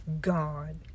God